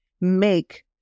make